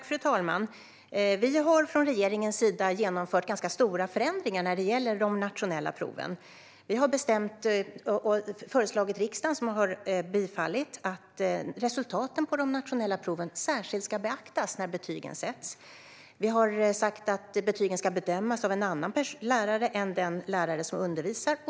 Fru talman! Regeringen har genomfört ganska stora förändringar när det gäller de nationella proven. Vi har, efter att riksdagen bifallit vårt förslag, bestämt att resultaten på de nationella proven särskilt ska beaktas när betygen sätts. Vi har sagt att de nationella proven ska bedömas av en annan lärare än den som undervisat.